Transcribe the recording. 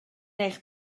eich